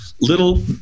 little